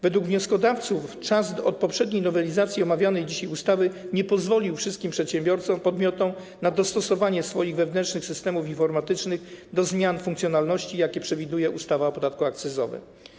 Według wnioskodawców czas od poprzedniej nowelizacji omawianej dzisiaj ustawy nie pozwolił wszystkim przedsiębiorcom, podmiotom na dostosowanie swoich wewnętrznych systemów informatycznych do zmian funkcjonalności, jakie przewiduje ustawa o podatku akcyzowym.